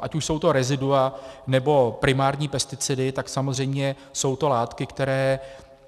Ať už jsou to rezidua, nebo primární pesticidy, tak samozřejmě jsou to látky, které